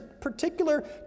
particular